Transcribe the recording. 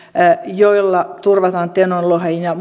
joilla turvataan tenon lohen ja